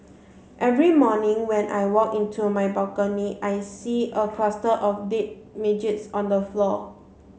every morning when I walk into my balcony I see a cluster of dead midges on the floor